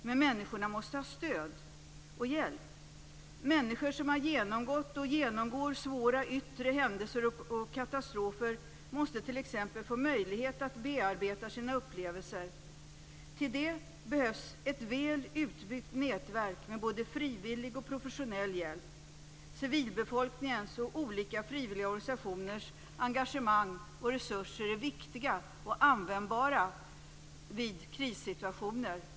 Men människorna måste ha stöd och hjälp. Människor som har genomgått och genomgår svåra yttre händelser och katastrofer måste t.ex. få möjlighet att bearbeta sina upplevelser. Till det behövs ett väl utbyggt nätverk med både frivillig och professionell hjälp. Civilbefolkningens och olika frivilliga organisationers engagemang och resurser är av vikt och kan användas vid krissituationer.